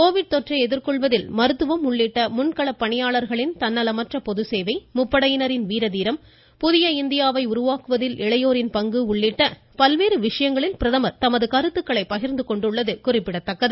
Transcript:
Covid தொற்றை எதிர்கொள்வதில் மருத்துவம் உள்ளிட்ட ழன்கள பணியாளர்களின் தன்னலமற்ற பொது சேவை முப்படையினரின் வீர தீரம் புதிய இந்தியாவை உருவாக்குவதில் இளையோரின் பங்கு உள்ளிட்ட பல்வேறு விசயங்களில் பிரதமர் தமது கருத்துக்களை பகிர்ந்து கொண்டுள்ளது குறிப்பிடத்தக்கது